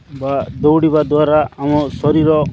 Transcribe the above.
ବା ଦୌଡ଼ିବା ଦ୍ୱାରା ଆମ ଶରୀର